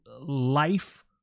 life